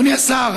אדוני השר,